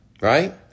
Right